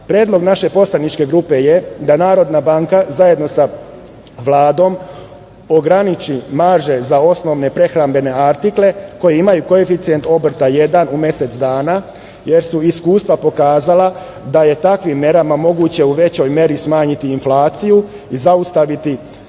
hrane. Predlog naše poslaničke grupe je da Narodna banka zajedno sa Vladom ograniči marže za osnovne prehrambene artikle koje imaju koeficijent obrta jedan u mesec dana, jer su iskustva pokazala da je takvim merama moguće u većoj meri smanjiti inflaciju i zaustaviti